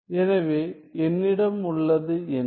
எனவே என்னிடம் உள்ளது என்ன